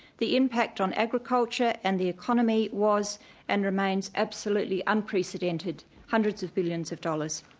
the impact on agriculture and the economy was and remains absolutely unprecedented hundreds of billions of dollars.